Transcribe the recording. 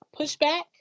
pushback